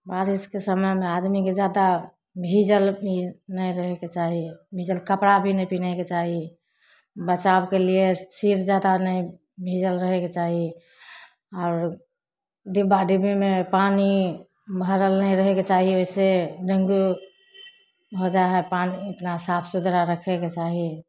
बारिशके समयमे आदमीके जादा भिजल नहि रहैके चाही भिजल कपड़ा भी नहि पिनहैके चाही बचावके लिए सिर जादा नहि भिजल रहैके चाही आओर डिब्बा डिब्बीमे पानी भरल नहि रहैके चाही ओहिसे डेङ्गू भऽ जाइ हइ पानी अपना साफ सुथरा रखैके चाही